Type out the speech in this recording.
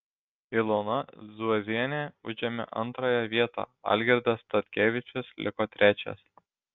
ilona zuozienė užėmė antrąją vietą algirdas statkevičius liko trečias